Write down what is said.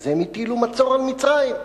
אז הם הטילו מצור על מצרים,